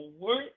work